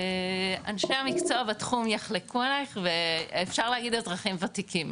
אנשי המקצוע בתחום יחלקו עלייך ואפשר להגיד אזרחים וותיקים,